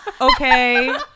okay